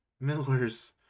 Miller's